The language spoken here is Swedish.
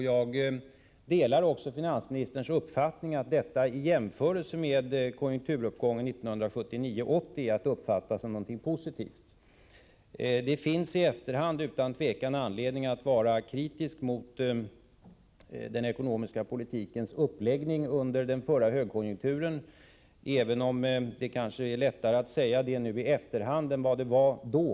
Jag delar också finansministerns mening att detta, i jämförelse med konjunkturuppgången 1979-1980, är att uppfatta som någonting positivt. Det finns utan tvivel anledning att vara kritisk mot den ekonomiska politikens uppläggning under den förra högkonjunkturen, även om det kanske är lättare att nu i efterhand säga hur politiken borde ha utformats än vad det var då.